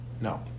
No